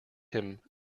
him